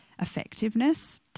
effectiveness